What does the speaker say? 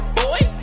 boy